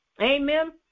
Amen